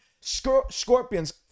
scorpions